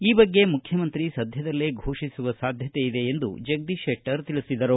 ಈ ಬಗ್ಗೆ ಮುಖ್ಯಮಂತ್ರಿ ಸಧ್ಯದಲ್ಲೇ ಘೋಷಿಸುವ ಸಾಧ್ಯತೆಯಿದೆ ಎಂದು ಜಗದೀಶ್ ಶೆಟ್ಟರ್ ತಿಳಿಸಿದರು